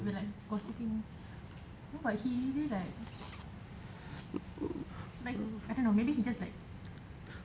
we like gossiping but he really like like I don't know maybe he just like